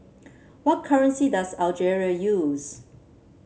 what currency does Algeria use